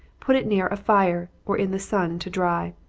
put it near a fire, or in the sun, to dry.